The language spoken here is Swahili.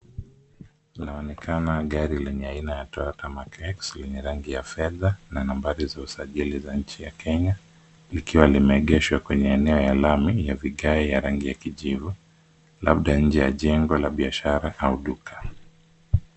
Inaonekana gari lenye aina ya Toyota Mark X lenye rangi ya fedha na nambari ya usajili za nchi ya Kenya, likiwa limeegeshwa eneo ya lami ya vigae ya rangi ya kijivu labda nje ya jengo la biashara au duka.